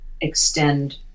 extend